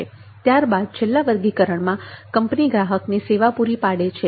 ત્યાર બાદ છેલ્લા વર્ગીકરણમાં કંપની ગ્રાહકને સંપૂર્ણ સેવા પૂરી પાડે છે